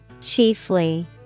Chiefly